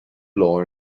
law